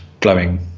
glowing